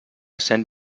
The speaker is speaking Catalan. cent